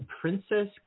Princess